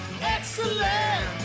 excellent